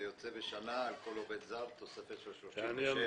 יוצא על כל עובד זר בשנה תוספת של 37,000-36,000 שקל.